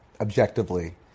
objectively